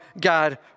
God